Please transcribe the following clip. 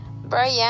Brian